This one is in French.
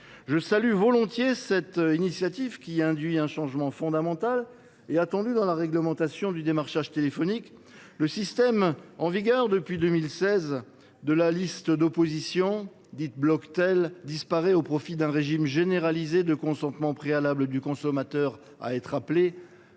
Verzelen pour cette initiative, qui induit un changement fondamental et attendu dans la réglementation du démarchage téléphonique. Le système, en vigueur depuis 2016, de la liste d’opposition dite Bloctel va disparaître au profit d’un régime généralisé de consentement préalable du consommateur à recevoir